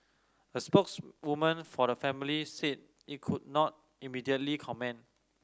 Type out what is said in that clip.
a spokeswoman for the family said it could not immediately comment